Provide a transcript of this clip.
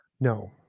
No